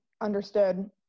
understood